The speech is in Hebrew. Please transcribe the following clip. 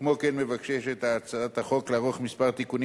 כמו כן מבקשת הצעת החוק לערוך כמה תיקונים